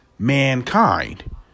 Mankind